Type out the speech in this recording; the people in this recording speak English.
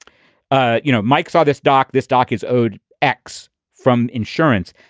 ah you know, mike saw this doc. this doc is owed x from insurance.